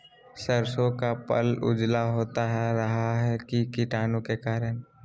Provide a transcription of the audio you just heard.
सरसो का पल उजला होता का रहा है की कीटाणु के करण?